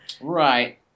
right